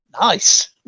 Nice